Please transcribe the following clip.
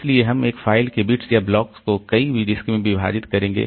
इसलिए हम एक फाइल के बिट्स या ब्लॉक्स को कई डिस्क में विभाजित करेंगे